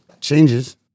Changes